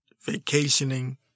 vacationing